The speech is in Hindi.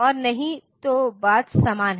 और नहीं तो बात सामान है